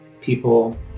people